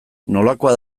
nolakoa